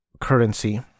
currency